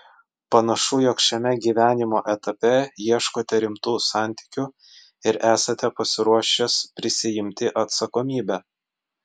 panašu jog šiame gyvenimo etape ieškote rimtų santykių ir esate pasiruošęs prisiimti atsakomybę